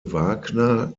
wagner